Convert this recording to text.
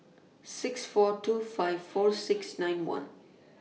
six four two five four six nine one